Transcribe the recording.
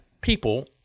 People